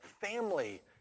family